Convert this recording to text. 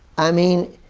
i mean,